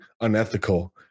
unethical